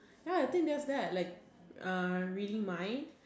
ya I think that's bad like uh reading minds